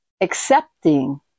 accepting